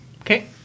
Okay